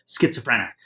schizophrenic